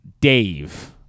Dave